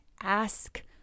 Ask